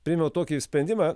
priėmiau tokį sprendimą